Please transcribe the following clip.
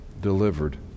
delivered